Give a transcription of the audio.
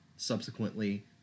Subsequently